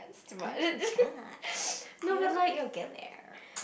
oh-my-god